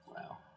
Wow